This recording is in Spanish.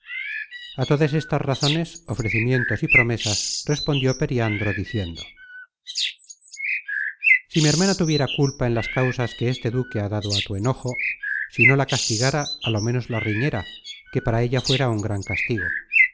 a todas estas razones ofrecimientos y promesas respondió periandro diciendo si mi hermana tuviera culpa en las causas que este duque ha dado á tu enojo si no la castigara á lo ménos la riñera que para ella fuera un gran castigo